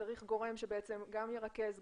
צריך גורם שגם ירכז,